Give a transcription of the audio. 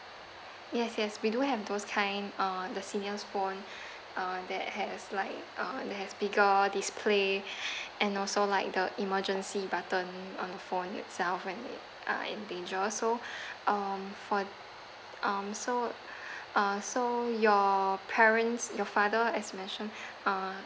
yes yes we do have those kind uh the senior's phone uh that has like uh that has bigger display and also like the emergency button on the phone itself when uh in danger so um for um so uh so your parents your father as mentioned uh